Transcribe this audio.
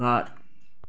घर